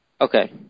Okay